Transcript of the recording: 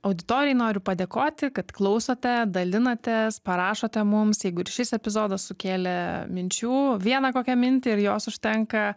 auditorijai noriu padėkoti kad klausote dalinatės parašote mums jeigu ir šis epizodas sukėlė minčių vieną kokią mintį ir jos užtenka